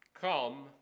come